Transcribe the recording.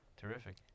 Terrific